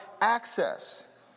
access